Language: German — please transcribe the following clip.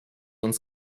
uns